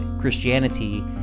Christianity